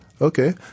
Okay